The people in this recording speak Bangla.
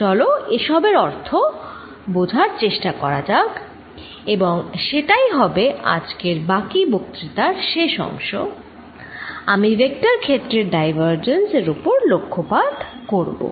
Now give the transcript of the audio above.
চলো এসবের অর্থ বোঝার চেষ্টা করা যাক এবং সেটাই হবে আজকের বাকি বক্তৃতার শেষ অংশ আমি ভেক্টর ক্ষেত্রের ডাইভারজেন্স এর ওপর লক্ষ্যপাত করবো